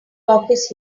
office